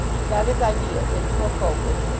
he got his ideas into a focus,